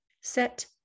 Set